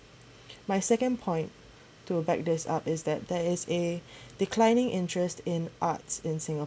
my second point to back this up is that there is a declining interest in arts in singapore